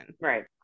Right